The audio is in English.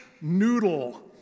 noodle